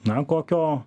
na kokio